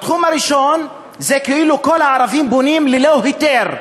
התחום הראשון זה, כאילו כל הערבים בונים ללא היתר,